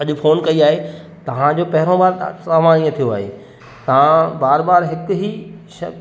अॼु फोन कई आहे तव्हांजे पहिररियों बार सामान ईअं थियो आहे तव्हां बार बार हिकु ई शब्द